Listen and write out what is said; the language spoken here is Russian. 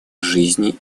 жизни